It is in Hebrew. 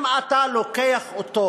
אם אתה לוקח אותו